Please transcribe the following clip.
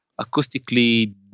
acoustically